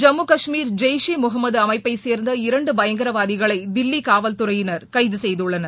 ஜம்மு கஷ்மீர் ஜெய்ஷே முகமது அமைப்பைச் சேர்ந்த இரண்டு பயங்கரவாதிகளை தில்லி காவல்துறையினர் கைது செய்துள்ளனர்